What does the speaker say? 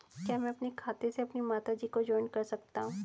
क्या मैं अपने खाते में अपनी माता जी को जॉइंट कर सकता हूँ?